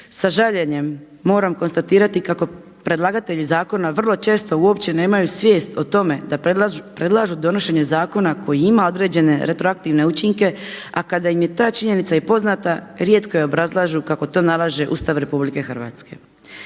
Sa žaljenjem moram konstatirati kako predlagatelji zakona vrlo često uopće nemaju svijest o tome da predlažu donošenje zakona koji ima određene retroaktivne učinke, a kada im je ta činjenica i poznata rijetko je obrazlažu kako to nalaže Ustav RH.